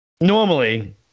normally